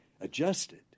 adjusted